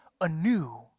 anew